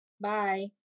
Bye